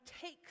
takes